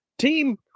Team